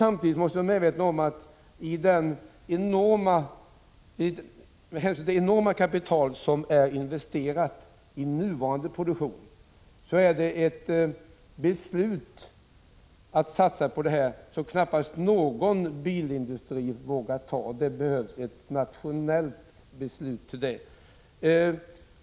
Vi måste också vara medvetna om att denna satsning, med hänsyn till det enorma kapital som är investerat i nuvarande produktion, innebär ett beslut som knappast någon enskild bilindustri vågar ta. Det behövs ett nationellt beslut för detta.